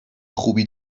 خوبی